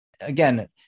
Again